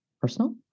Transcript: personal